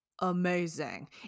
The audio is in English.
amazing